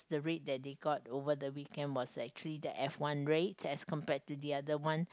the rate that they got over the weekend was actually the F one rate as compared to the other one